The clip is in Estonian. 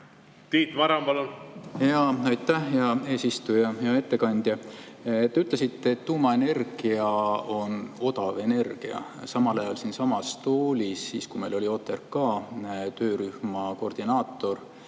Tiit Maran, palun! Aitäh, hea eesistuja! Hea ettekandja! Te ütlesite, et tuumaenergia on odav energia. Samal ajal siinsamas toolis, kui meil oli OTRK, töörühma koordinaator